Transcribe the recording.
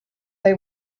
they